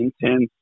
intense